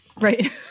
right